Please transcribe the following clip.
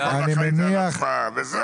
לימור תבדוק וזהו.